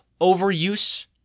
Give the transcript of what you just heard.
overuse